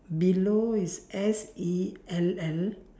below is S E L L